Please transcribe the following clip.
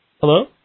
Hello